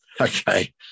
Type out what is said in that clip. Okay